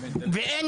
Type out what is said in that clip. ואין